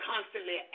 constantly